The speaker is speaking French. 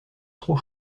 trop